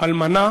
אלמנה